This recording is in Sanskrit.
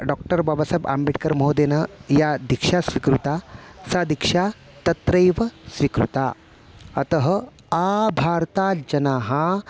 डाक्टर् बाबासाब्आम्बेड्कर् महोदयेन या दीक्षा स्वीकृता सा दीक्षा तत्रैव स्वीकृता अतः आभारताजनाः